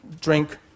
Drink